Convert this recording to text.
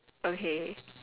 okay